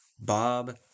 bob